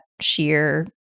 sheer